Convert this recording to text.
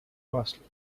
costly